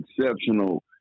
exceptional